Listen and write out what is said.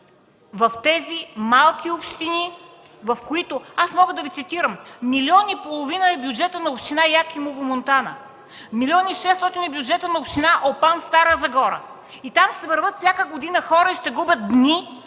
в тези малки общини. Аз мога да Ви цитирам: милион и половина е бюджетът на община Якимово, Монтана; милион и шестстотин е бюджетът на община Опан, Стара Загора и там ще вървят всяка година хора и ще губят дни,